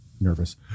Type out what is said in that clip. nervous